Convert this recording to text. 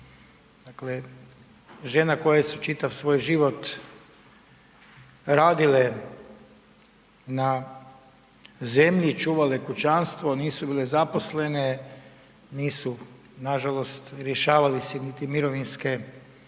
Dakle, žena koje su čitav svoj život radile na zemlji i čuvale kućanstvo, nisu bile zaposlene, nisu nažalost rješavali se niti mirovinske obaveze.